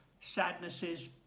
sadnesses